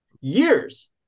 years